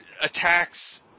attacks